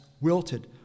wilted